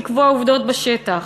לקבוע עובדות בשטח.